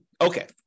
Okay